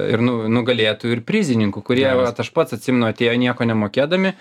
ir nu nugalėtojų ir prizininkų kurie vat aš pats atsimenu atėjo nieko nemokėdami